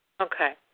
Okay